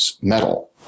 metal